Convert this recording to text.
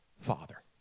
Father